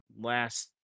last